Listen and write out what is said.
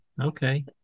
Okay